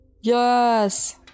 Yes